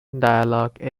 dialogue